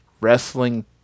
wrestling